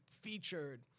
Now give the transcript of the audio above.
featured